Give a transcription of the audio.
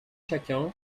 chacun